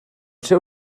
seu